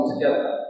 together